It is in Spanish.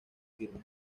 firma